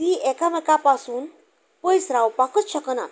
तीं एकामेका पासून पयस रावपाकच शकनात